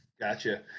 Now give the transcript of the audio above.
gotcha